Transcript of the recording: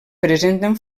presenten